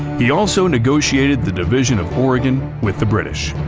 he also negotiated the division of oregon with the british.